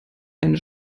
eine